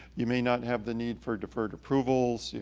you may not have the need for deferred approvals, you